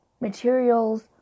materials